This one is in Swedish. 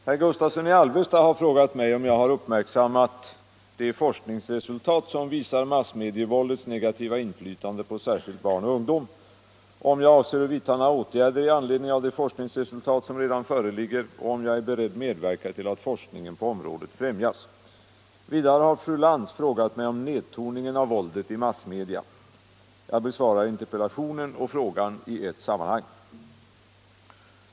Herr talman! Herr Gustavsson i Alvesta har frågat mig om jag har uppmärksammat de forskningsresultat som visar massmedievåldets negativa inflytande på särskilt barn och ungdom, om jag avser att vidta några åtgärder i anledning av de forskningsresultat som redan föreligger och om jag är beredd medverka till att forskningen på området främjas. Vidare har fru Lantz frågat mig om nedtoning av våldet i massmedia. Jag besvarar interpellationen och frågan i ett sammanhang.